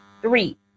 Three